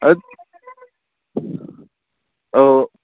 औ